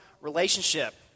relationship